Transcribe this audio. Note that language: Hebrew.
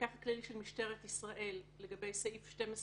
המפקח הכללי של משטרת ישראל סעיף 12(א)(1)(ב)